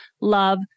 love